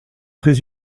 très